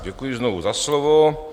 Děkuji znovu za slovo.